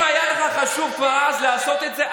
אם היה לך חשוב כבר אז לעשות את זה,